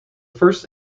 first